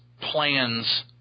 plans